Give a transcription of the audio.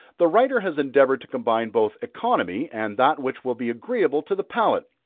the writer has endeavored to combine both economy and that which will be agreeable to the palate,